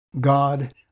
God